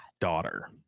daughter